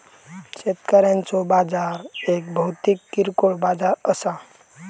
शेतकऱ्यांचो बाजार एक भौतिक किरकोळ बाजार असा